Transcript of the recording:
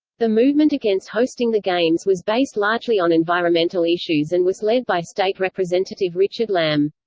the movement against hosting the games was based largely on environmental issues and was led by state representative richard lamm.